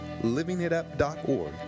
LivingItUp.org